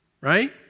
right